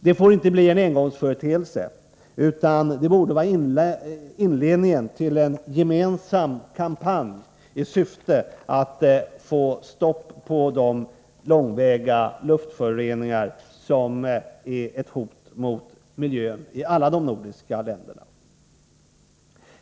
Det får inte bli en engångsföreteelse, utan det borde vara inledningen till en gemensam kampanj i syfte att få stopp på de långväga luftföroreningar som är ett hot mot miljön i alla de nordiska länderna.